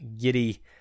giddy